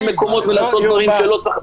מקומות ויעשו כל מיני דברים שלא צריך לעשות,